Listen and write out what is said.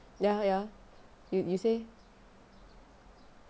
ya ya you you say